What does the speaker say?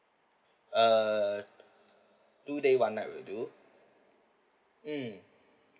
err two day one night with do mm